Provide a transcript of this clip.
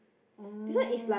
this one is like